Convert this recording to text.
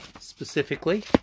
specifically